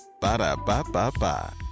Ba-da-ba-ba-ba